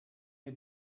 mir